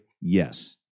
Yes